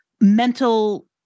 mental